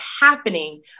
happening